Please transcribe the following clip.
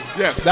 yes